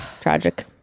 Tragic